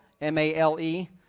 M-A-L-E